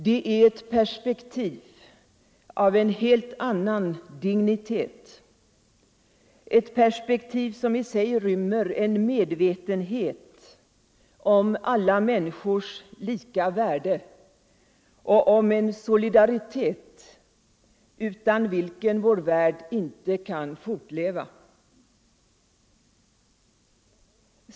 Det är ett perspektiv av en helt annan dignitet — ett perspektiv som i sig rymmer en medvetenhet om alla människors lika värde och om en solidaritet utan vilken vår värld inte kan fortleva.